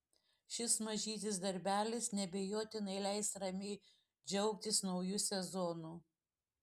šis mažytis darbelis neabejotinai leis ramiai džiaugtis nauju sezonu